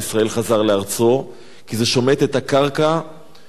כי זה שומט את הקרקע מתחת הבסיס של הנצרות.